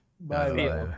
bye